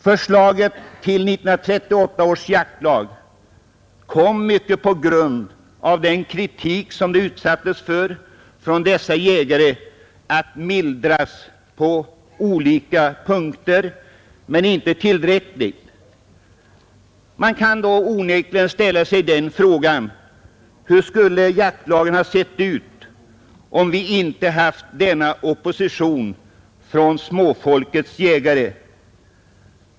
Förslaget till 1938 års jaktlag kom — mycket på grund av den kritik som det utsattes för från dessa jägare — att mildras på olika punkter men inte tillräckligt. Man kan då onekligen ställa sig frågan: Hur skulle jaktlagen sett ut, om vi inte hade haft denna opposition från småfolkets jägare?